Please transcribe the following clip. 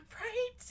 right